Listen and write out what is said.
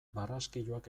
barraskiloak